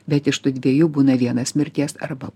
bet iš tų dviejų būna vienas mirties arba